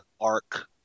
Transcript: arc